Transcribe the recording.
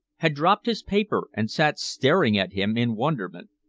had dropped his paper and sat staring at him in wonderment.